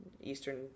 Eastern